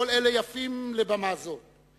כל אלה יפים לבמה זו,